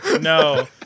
No